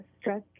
Stress